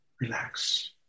Relax